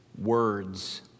Words